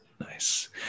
Nice